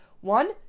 One